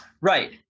Right